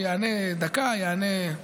הוא יעלה דקה ויענה,